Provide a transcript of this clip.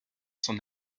son